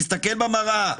תסתכל במראה.